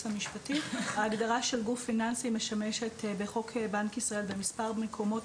המשפטי משמשת בחוק בנק ישראל במספר מקומות,